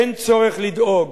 אין צורך לדאוג,